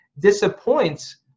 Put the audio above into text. disappoints